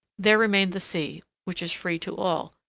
there remained the sea, which is free to all,